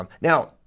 now